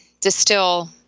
distill